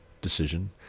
decision